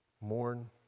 mourn